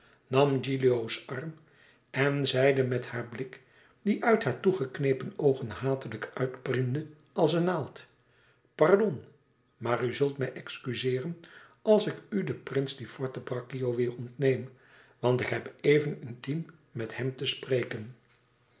nam gilio's arm en zeide met haar blik die uit haar toegeknepen oogen hatelijk uitpriemde als een naald pardon maar u zult mij exuzeeren als ik u den prins di forte braccio weêr ontneem want ik heb even intiem met hem te spreken